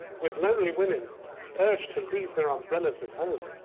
with lonely women urged to leave their umbrellas at home.